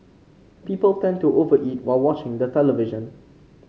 people tend to over eat while watching the television